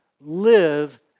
live